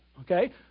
okay